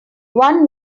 one